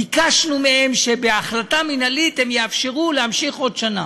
ביקשנו מהם שבהחלטה מינהלית הם יאפשרו להמשיך עוד שנה.